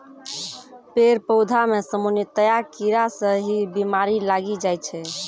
पेड़ पौधा मॅ सामान्यतया कीड़ा स ही बीमारी लागी जाय छै